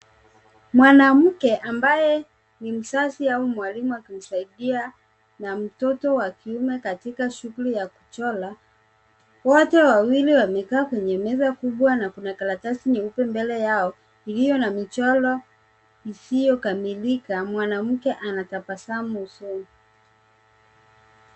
Mwanamke ambaye ni mzazi au mwalimu akimsaidia na mtoto wa kiume katika shughuli ya kuchora. Wote wawili wamekaa kwenye meza kubwa na kuna karatasi nyeupe mbele yao, iliyo na michoro isiyokamilika. Mwanamke anatabasamu usoni.